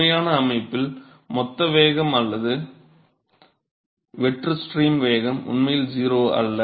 உண்மையான அமைப்பில் மொத்த வேகம் அல்லது வெற்று ஸ்ட்ரீம் வேகம் உண்மையில் 0 அல்ல